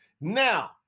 Now